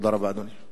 תודה רבה, אדוני.